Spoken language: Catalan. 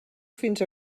fins